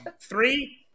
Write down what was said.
Three